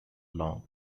long